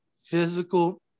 physical